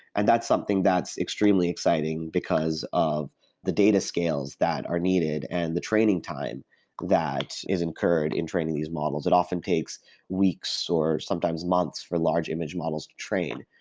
and that something that's extremely exciting because of the data scales that are needed and the training time that is incurred in training these models. it often takes weeks or sometimes months for large image models to train.